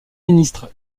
ministre